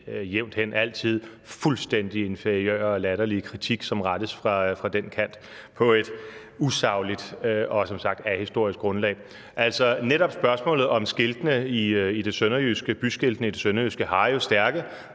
altid, fuldstændig inferiøre og latterlige kritik, som rettes fra den kant på et usagligt og som sagt ahistorisk grundlag. Netop spørgsmålet om byskiltene i det sønderjyske har jo stærke